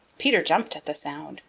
peter jumped at the sound,